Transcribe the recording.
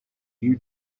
you